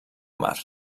mar